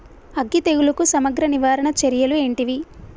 అగ్గి తెగులుకు సమగ్ర నివారణ చర్యలు ఏంటివి?